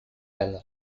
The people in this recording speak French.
anne